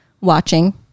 watching